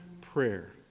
prayer